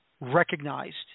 recognized